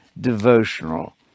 devotional